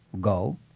go